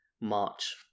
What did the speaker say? March